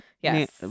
Yes